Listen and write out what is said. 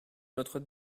notre